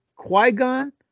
Qui-Gon